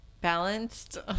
Balanced